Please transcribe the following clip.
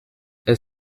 est